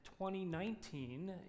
2019